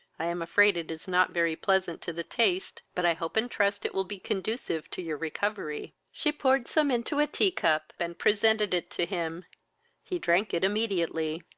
i am afraid it is not very pleasant to the taste, but i hope and trust it will be conducive to your recovery. she poured some into a tea-cup, and presented it to him he drank it immediately.